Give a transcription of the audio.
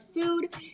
Food